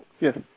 Yes